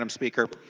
um speaker.